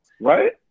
Right